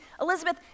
Elizabeth